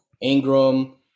Ingram